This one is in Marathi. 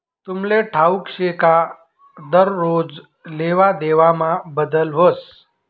तुमले ठाऊक शे का दरोज लेवादेवामा बदल व्हस